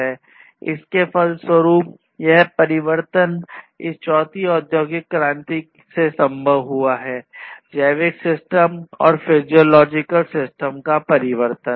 इसके फलस्वरूप यह परिवर्तन इस चौथी औद्योगिक क्रांति में संभव हुआ है जैविक सिस्टम और फिजियोलॉजिकल सिस्टम का परिवर्तन